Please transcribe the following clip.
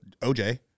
oj